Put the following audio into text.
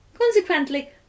Consequently